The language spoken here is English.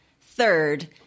Third